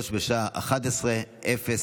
2023, התקבלה בקריאה השנייה והשלישית,